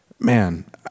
Man